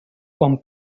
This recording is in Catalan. quan